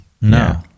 No